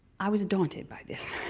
i was daunted by this,